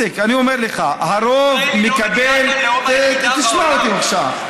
איציק, אני אומר לך, תשמע אותי בבקשה.